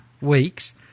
weeks